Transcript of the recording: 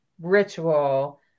ritual